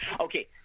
Okay